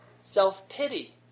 Self-pity